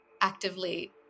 actively